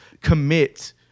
commit